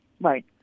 Right